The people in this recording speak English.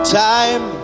time